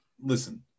listen